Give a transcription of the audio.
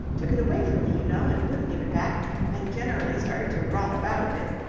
took it away from me, you know, and wouldn't give it back and generally started to rot about a bit,